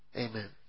Amen